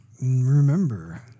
remember